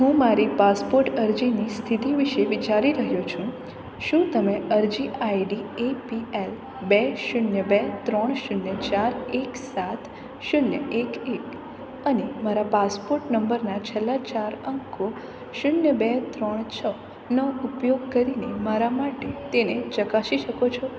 હું મારી પાસપોર્ટ અરજીની સ્થિતિ વિશે વિચારી રહ્યો છું શું તમે અરજી આઈડી એપીએલ બે શૂન્ય બે ત્રણ શૂન્ય ચાર એક સાત શૂન્ય એક એક અને મારા પાસપોર્ટ નંબરના છેલ્લા ચાર અંકો શૂન્ય બે ત્રણ છ નો ઉપયોગ કરીને મારા માટે તેને ચકાસી શકો છો